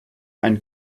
ein